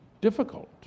difficult